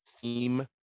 theme